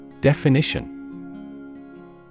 Definition